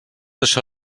això